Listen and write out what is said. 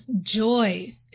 joy